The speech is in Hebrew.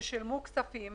ששילמו כספים,